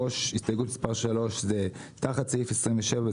הסתייגות 3 היא תחת סעיף 27,